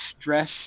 stress